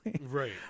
Right